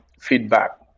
feedback